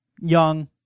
young